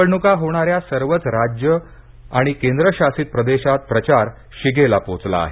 निवडणुका होणाऱ्या सर्वच राज्यं आणि केंद्रशासित प्रदेशात प्रचार शिगेला पोहोचला आहे